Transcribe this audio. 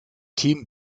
team